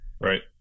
Right